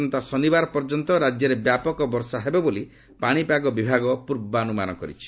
ଆସନ୍ତା ଶନିବାର ପର୍ଯ୍ୟନ୍ତ ରାଜ୍ୟରେ ବ୍ୟାପକ ବର୍ଷା ହେବ ବୋଲି ପାଣିପାଗ ବିଭାଗ ପୂର୍ବାନୁମାନ କରିଛି